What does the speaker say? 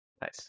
Nice